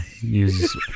Use